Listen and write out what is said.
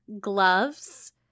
gloves